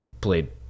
played